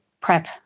prep